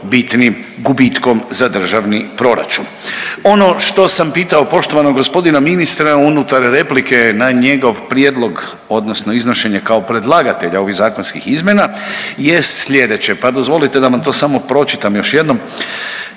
bitnim gubitkom za državni proračun. Ono što sam pitao poštovanog g. ministra unutar replike na njegov prijedlog odnosno iznošenje kao predlagatelja ovih zakonskih izmjena jest slijedeće, pa dozvolite da vam to samo pročitam još jednom.